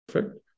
Perfect